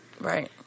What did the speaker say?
Right